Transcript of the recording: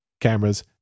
cameras